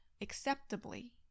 acceptably